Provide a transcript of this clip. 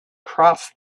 cross